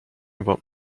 about